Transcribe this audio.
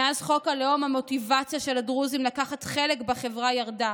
מאז חוק הלאום המוטיבציה של הדרוזים לקחת חלק בחברה ירדה,